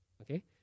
okay